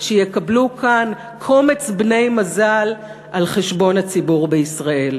שיקבלו כאן קומץ בני-מזל על חשבון הציבור בישראל.